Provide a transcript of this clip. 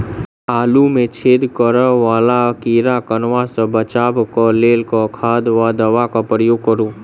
आलु मे छेद करा वला कीड़ा कन्वा सँ बचाब केँ लेल केँ खाद वा दवा केँ प्रयोग करू?